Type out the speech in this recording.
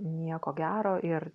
nieko gero ir